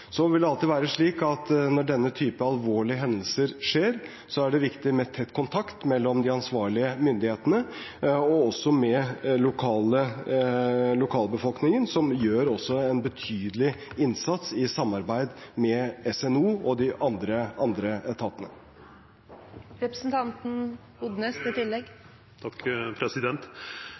Så vil det alltid være slik at når denne typen alvorlige hendelser inntreffer, er det viktig med tett kontakt mellom de ansvarlige myndighetene og også med lokalbefolkningen, som også gjør en betydelig innsats i samarbeid med SNO og de andre